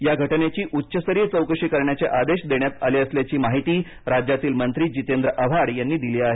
या घटनेची उच्चस्तरीय चौकशी करण्यचे आदेश देण्यात आले असल्याची माहिती राज्यातील मंत्री जितेंद्र आव्हाड यांनी दिली आहे